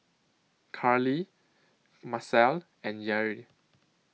Carlie Marcelle and Yair